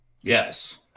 Yes